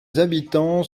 habitants